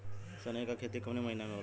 सनई का खेती कवने महीना में होला?